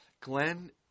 Glenn